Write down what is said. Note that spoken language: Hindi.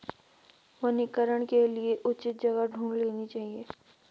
वनीकरण के लिए उचित जगह ढूंढ लेनी चाहिए